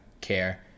care